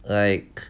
like